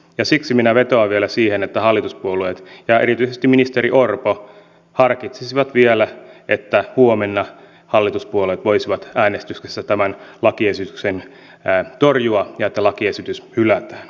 siksi minä vetoan vielä siihen että hallituspuolueet ja erityisesti ministeri orpo harkitsisivat vielä että huomenna hallituspuolueet voisivat äänestyksessä tämän lakiesityksen torjua ja että lakiesitys hylätään